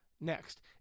Next